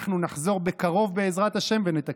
ואנחנו נחזור בקרוב בעזרת השם ונתקן.